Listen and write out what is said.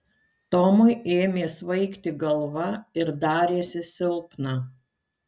tomui ėmė svaigti galva ir darėsi silpna